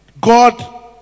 God